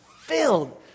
filled